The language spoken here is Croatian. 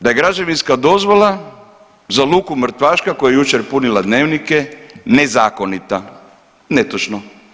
Da je građevinska dozvola za luku Mrtvaška koja je jučer punila dnevnike nezakonita, netočno.